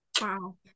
wow